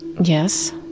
yes